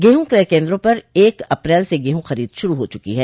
गेहूं क्रय केन्द्रों पर एक अप्रैल से गेहूं खरीद शुरू हो चुकी है